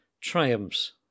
Triumphs